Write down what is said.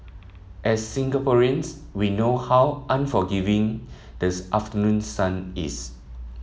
as Singaporeans we know how unforgiving this afternoon sun is